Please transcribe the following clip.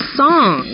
song